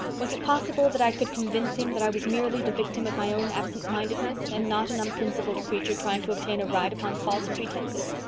was it possible that i could convince him that i was merely the victim of my own absentmindedness, and not an unprincipled creature trying to obtain a ride upon false pretenses?